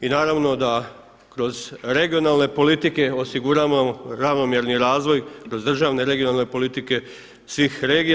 I naravno da kroz regionalne politike osiguramo ravnomjerni razvoj kroz državne regionalne politike svih regija.